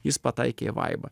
jis pataikė į vaibą